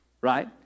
Right